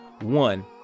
One